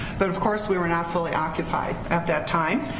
but of course we were not fully occupied at that time.